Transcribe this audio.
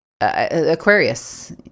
Aquarius